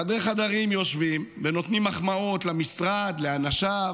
בחדרי-חדרים יושבים ונותנים מחמאות למשרד, לאנשיו,